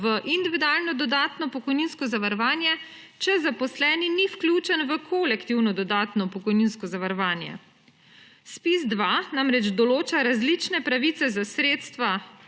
v individualno dodatno pokojninsko zavarovanje, če zaposleni ni vključen v kolektivno dodatno pokojninsko zavarovanje. ZPIZ-2 namreč določa različne pravice za sredstva,